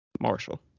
Marshall